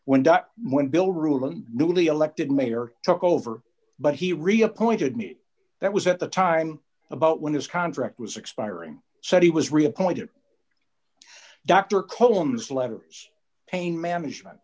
when when bill rulon newly elected mayor took over but he reappointed me that was at the time about when his contract was expiring said he was reappointed dr coleman's letters pain management